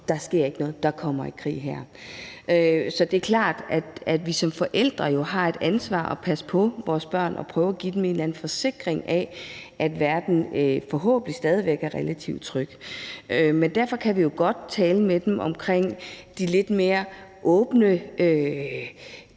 Der sker ikke noget; der kommer ikke krig her. Det er klart, at vi som forældre har det ansvar at passe på vores børn og prøve at give dem en eller anden forsikring om, at verden forhåbentlig stadig væk er relativt tryg. Men derfor kan vi jo godt tale med dem ud fra de lidt mere åbne